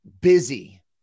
busy